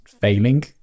failing